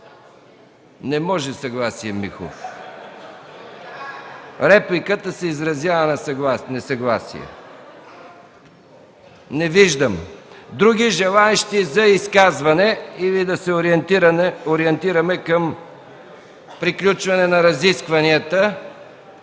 Не може съгласие, Михов. С репликата се изразява несъгласие. Не виждам желаещи за реплики. Други желаещи за изказване, или да се ориентираме към приключване на разискванията?